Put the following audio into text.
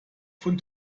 von